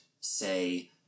say